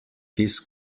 his